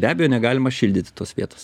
be abejo negalima šildyti tos vietos